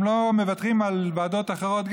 הם לא מוותרים על ועדות אחרות,